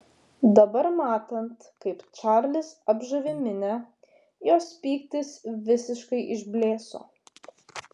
dabar matant kaip čarlis apžavi minią jos pyktis visiškai išblėso